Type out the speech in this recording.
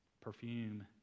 perfume